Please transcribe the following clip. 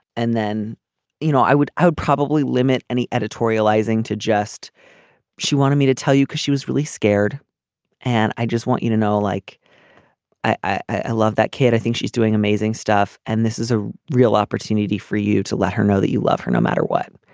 and then you know i would i would probably limit any editorializing to just she wanted me to tell you because she was really scared and i just want you to know like i i love that kid. i think she's doing amazing stuff and this is a real opportunity for you to let her know that you love her no matter what